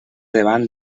davant